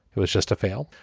it was just a fail.